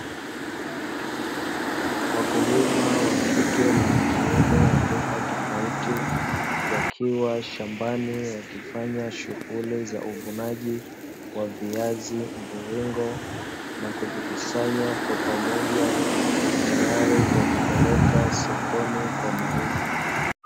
Wakulima wa kike na wa kiume walika tofauti, wakiwa shambani wakifanya shughuli za uvunaji wa viazi mviringo, na kuvikusanya kwa pamoja tayari kwa kuvipeleka sokoni kwa mauzo.